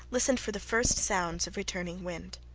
listened for the first sounds of returning wind.